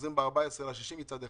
שחוזרים ב-14 ביוני מצד אחד,